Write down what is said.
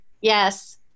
yes